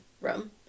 room